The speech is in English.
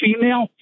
female